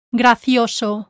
gracioso